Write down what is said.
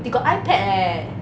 they got ipad eh